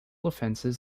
offenses